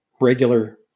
regular